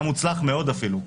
היה אפילו מאוד מוצלח.